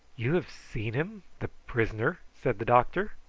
you have seen him the prisoner? said the doctor.